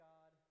God